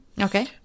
Okay